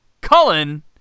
Cullen